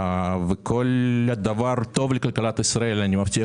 בכל דבר טוב לכלכלת ישראל אני מבטיח